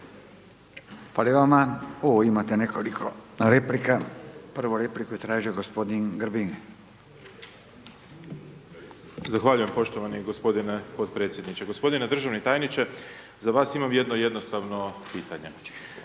Hvala i vama. O imate nekoliko replika, prvu repliku je tražio g. Grbin. **Grbin, Peđa (SDP)** Zahvaljujem poštovani g. potpredsjedniče. g. Državni tajniče, za vas imam jedno jednostavno pitanje.